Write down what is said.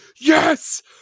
yes